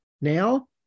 now